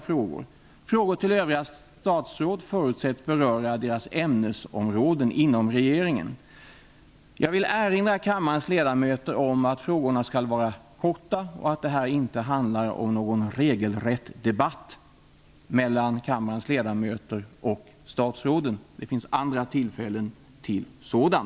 Frågorna till övriga statsråd förutsätts beröra deras ansvarsområden inom regeringen.